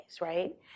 right